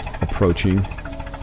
approaching